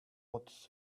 what